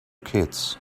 kids